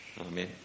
Amen